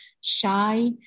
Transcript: shy